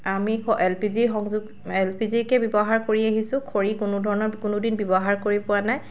আমি L P G সংযোগ L P G কে ব্যৱহাৰ কৰি আহিছোঁ খৰি কোনো ধৰণৰ কোনো দিন ব্যৱহাৰ কৰি পোৱা নাই